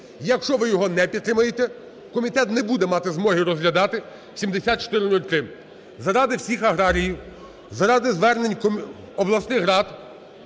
Якщо ви його не підтримаєте, комітет не буде мати змоги розглядати 7403. Заради всіх аграріїв, заради звернень обласних рад